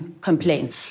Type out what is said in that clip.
complain